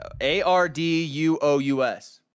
A-R-D-U-O-U-S